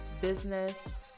business